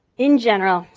in general,